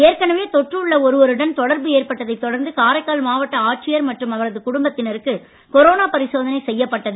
ஏற்கனவே தொற்று உள்ள ஒருவருடன் தொடர்பு ஏற்பட்டதைத் தொடர்ந்து காரைக்கால் மாவட்ட ஆட்சியர் மற்றும் அவரது குடும்பத்தினருக்கு கொரோனா பரிசோதனை செய்யப்பட்டது